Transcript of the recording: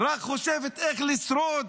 רק חושבת איך לשרוד,